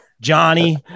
Johnny